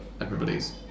everybody's